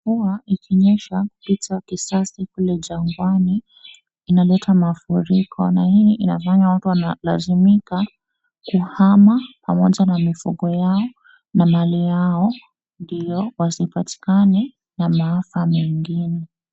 Mvua ikinyesha kupita kisasi kule jangwani inaleta mafuriko na hii inafanya watu wanalazimika kuhama pamoja na mifugo yao na mali yao ndio wasipatikane na mafaa mengine.